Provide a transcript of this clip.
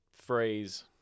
phrase